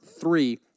three